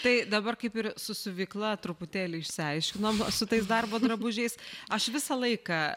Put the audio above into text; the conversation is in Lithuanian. tai dabar kaip ir su siuvykla truputėlį išsiaiškinom su tais darbo drabužiais aš visą laiką